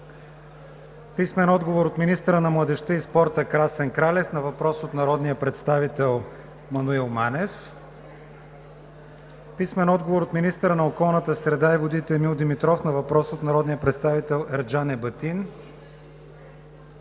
Христо Гаджев; - министъра на младежта и спорта Красен Кралев на въпрос от народния представител Маноил Манев; - министъра на околната среда и водите Емил Димитров на въпрос от народния представител Ерджан Ебатин;